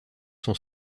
sont